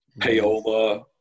payola